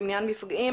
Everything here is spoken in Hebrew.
למניעת מפגעים,